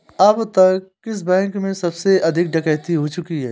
अब तक किस बैंक में सबसे अधिक डकैती हो चुकी है?